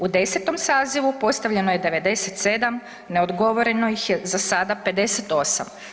U 10. sazivu postavljeno je 97, neodgovoreno ih je za sada 58.